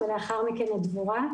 ולאחר מכן את דבורה,